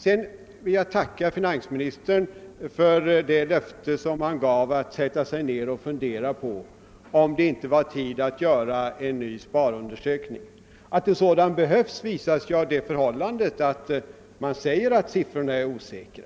Sedan vill jag tacka finansministern för det löfte han gav om att sätta sig ner och fundera på om det inte är tid att göra en ny sparundersökning. Att en sådan behövs visas av det förhållandet, att det i nationalbudgeten står att siffrorna är osäkra.